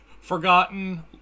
Forgotten